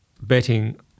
betting